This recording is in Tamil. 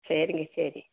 சரிங்க சரி